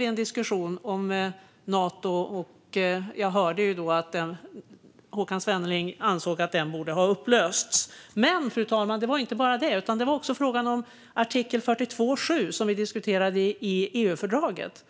en diskussion om Nato, och jag hörde då att Håkan Svenneling ansåg att Nato borde ha upplösts. Men, fru talman, det talades inte bara om det, utan vi diskuterade även artikel 42.7 i EU-fördraget.